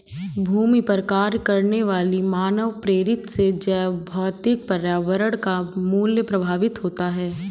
भूमि पर कार्य करने वाली मानवप्रेरित से जैवभौतिक पर्यावरण का मूल्य प्रभावित होता है